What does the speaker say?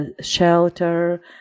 shelter